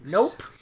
Nope